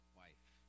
wife